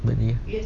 but if